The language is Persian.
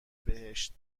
بهشت